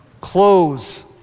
close